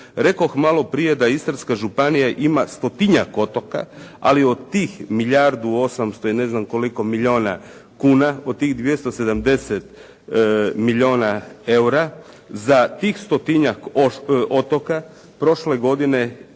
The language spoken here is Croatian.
Rekoh maloprije da Istarska županija ima stotinjak otoka, ali od tih milijardu 800 i ne znam koliko milijuna kuna, od tih 270 milijuna eura, za tih stotinjak otoka prošle godine